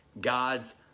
God's